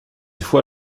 fois